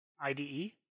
IDE